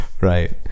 Right